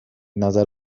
نظر